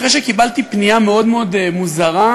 אחרי שקיבלתי פנייה מאוד מאוד מוזרה,